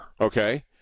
okay